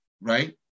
right